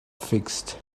fixed